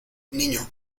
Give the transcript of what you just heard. niño